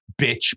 Bitch